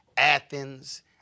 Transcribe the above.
Athens